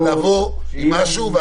תנסו לבוא עם משהו.